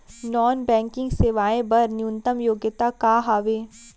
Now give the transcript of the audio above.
Non banking सेवाएं बर न्यूनतम योग्यता का हावे?